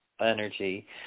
Energy